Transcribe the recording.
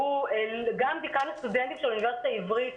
גם דיקן הסטודנטים של האוניברסיטה העברית,